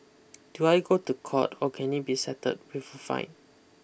do I go to court or can it be settled with a fine